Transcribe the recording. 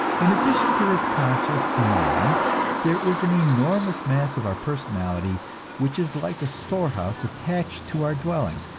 in addition to this conscious mind there is an enormous mass of our personality which is like a storehouse attached to our dwelling,